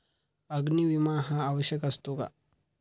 अग्नी विमा हा आवश्यक असतो का?